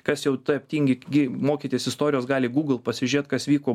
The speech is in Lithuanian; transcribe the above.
kas jau taip tingi gi mokytis istorijos gali google pasižiūrėt kas vyko